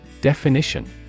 Definition